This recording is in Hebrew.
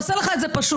תעשה לך את זה פשוט.